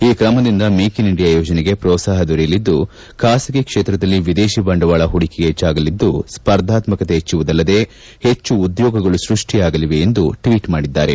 ಈ ಕ್ರಮದಿಂದ make in India ಯೋಜನೆಗೆ ಪೋತ್ಸಾಪ ದೊರೆಯಲಿದ್ದು ಖಾಸಗಿ ಕ್ಷೇತ್ರದಲ್ಲಿ ವಿದೇಶಿ ಬಂಡವಾಳ ಹೂಡಿಕೆ ಹೆಚ್ವಲಿದ್ದು ಸ್ಪರ್ಧಾತ್ಮಕತೆ ಹೆಚ್ಚುವುದಲ್ಲದೇ ಹೆಚ್ಚು ಉದ್ಯೋಗಗಳು ಸೃಷ್ಠಿಯಾಗಲಿವೆ ಎಂದು ಟ್ವೀಟ್ ಮಾಡಿದ್ದಾರೆ